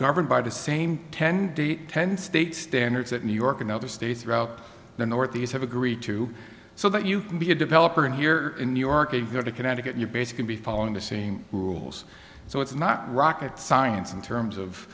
governed by the same ten ten state standards that new york and other states throughout the northeast have agreed to so that you can be a developer and here in new york they go to connecticut your base can be following the same rules so it's not rocket science in terms of